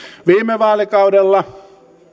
viime vaalikaudella